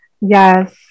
Yes